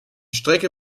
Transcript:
strecke